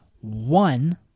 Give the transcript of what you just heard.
one –